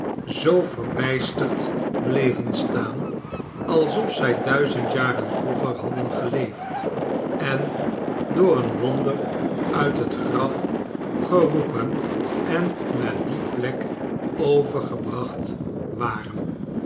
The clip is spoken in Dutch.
zoo verbijsterd bleven staan alsof zij duizend jaren vroeger hadden geleefd en door een wonder uit het graf geroepen en naar die plek overgebracht waren